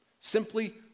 Simply